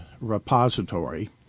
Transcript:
Repository